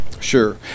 Sure